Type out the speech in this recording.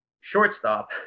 Shortstop